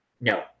No